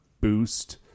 boost